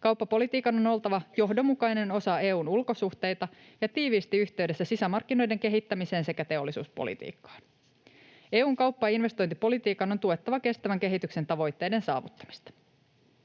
Kauppapolitiikan on oltava johdonmukainen osa EU:n ulkosuhteita ja tiiviisti yhteydessä sisämarkkinoiden kehittämiseen sekä teollisuuspolitiikkaan. EU:n kauppa- ja investointipolitiikan on tuettava kestävän kehityksen tavoitteiden saavuttamista.